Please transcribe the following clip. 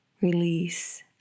release